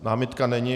Námitka není.